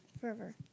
forever